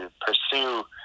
pursue